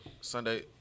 Sunday